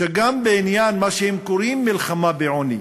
שגם בעניין מה שהם קוראים מלחמה בעוני,